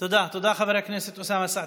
תודה, תודה, חבר הכנסת אוסאמה סעדי.